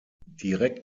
direkt